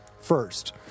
First